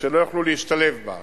שלא יוכלו להשתלב בה.